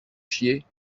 chier